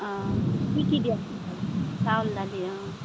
অঁ কি কি দিয়া চাউল দালি অঁ